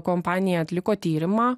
kompanija atliko tyrimą